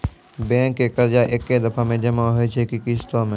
Bank के कर्जा ऐकै दफ़ा मे जमा होय छै कि किस्तो मे?